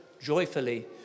joyfully